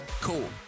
cool